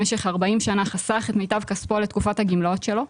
במשך 40 שנה חסך את מיטב כספו לתקופת הגמלאות שלו.